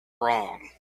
wrong